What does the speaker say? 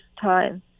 time